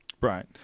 Right